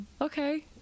okay